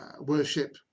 worship